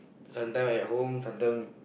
sometime at home sometime